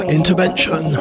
Intervention